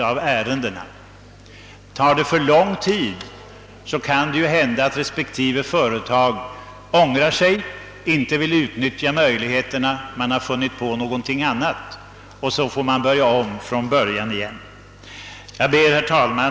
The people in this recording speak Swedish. Om det tar för lång tid kan det hända att respektive företag ångrar sig och inte vill utnyttja möjligheterna. Företagaren har kanske funnit på något annat, och så får man börja om från början igen. Herr talman!